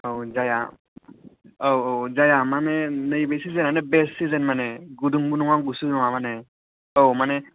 औ जाया औ औ जाया माने नैबे चिजोनानो बेस्ट चिजोन माने गुदुंबो नङा गुसुबो नङा औ माने